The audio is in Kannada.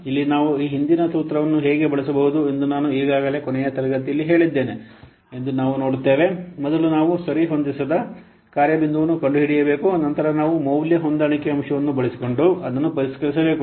ಇಲ್ಲಿ ನಾವು ಈ ಹಿಂದಿನ ಸೂತ್ರವನ್ನು ಹೇಗೆ ಬಳಸಬಹುದು ಎಂದು ನಾನು ಈಗಾಗಲೇ ಕೊನೆಯ ತರಗತಿಯಲ್ಲಿ ಹೇಳಿದ್ದೇನೆ ಎಂದು ನಾವು ನೋಡುತ್ತೇವೆ ಮೊದಲು ನಾವು ಸರಿಹೊಂದಿಸದ ಕಾರ್ಯ ಬಿಂದುವನ್ನು ಕಂಡುಹಿಡಿಯಬೇಕು ನಂತರ ನಾವು ಮೌಲ್ಯ ಹೊಂದಾಣಿಕೆ ಅಂಶವನ್ನು ಬಳಸಿಕೊಂಡು ಅದನ್ನು ಪರಿಷ್ಕರಿಸಬೇಕು